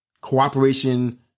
Cooperation